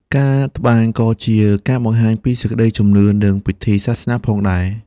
ការត្បាញក៏ជាការបង្ហាញពីសេចក្តីជំនឿ និងពិធីសាសនាផងដែរ។